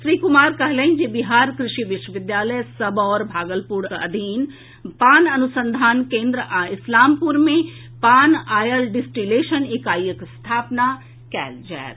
श्री कुमार कहलनि जे बिहार कृषि विश्वविद्यालय सबौर भागलपुरक अधीन पान अनुसंधान केन्द्र आ इस्लामपुर मे पान ऑयल डिस्टीलेशन इकाईक स्थापना कयल जायत